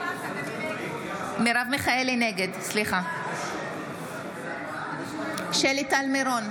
נגד שלי טל מירון,